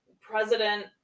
president